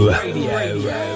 Radio